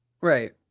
right